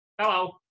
Hello